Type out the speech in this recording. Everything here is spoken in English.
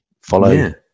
follow